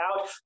out